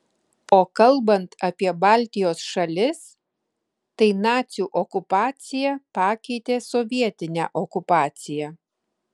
o kalbant apie baltijos šalis tai nacių okupacija pakeitė sovietinę okupaciją